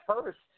first